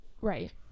Right